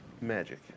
magic